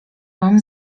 mam